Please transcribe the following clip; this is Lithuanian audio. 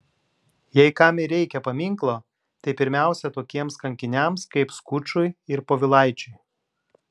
jei kam ir reikia paminklo tai pirmiausia tokiems kankiniams kaip skučui ir povilaičiui